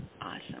Awesome